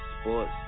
sports